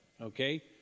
okay